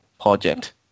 project